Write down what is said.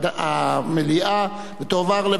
התש"ע 2010,